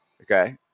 Okay